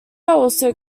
also